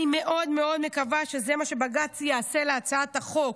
אני מאוד מאוד מקווה שזה מה שבג"ץ יעשה להצעת החוק.